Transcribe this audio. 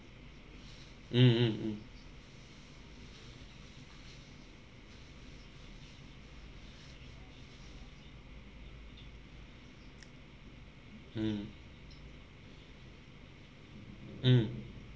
mm mm mm hmm mm